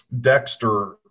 Dexter